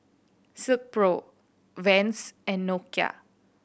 Silkpro Vans and Nokia